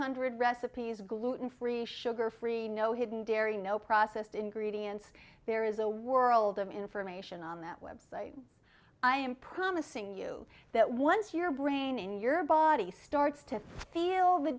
hundred recipes gluten free sugar free no hidden dairy no processed ingredients there is a world of information on that website i am promising you that once your brain in your body starts to feel the